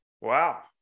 Wow